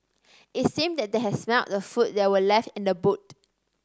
it seemed that they had smelt the food that were left in the boot